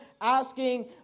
asking